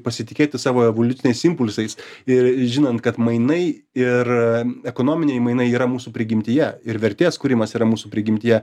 pasitikėti savo evoliuciniais impulsais ir žinant kad mainai ir ekonominiai mainai yra mūsų prigimtyje ir vertės kūrimas yra mūsų prigimtyje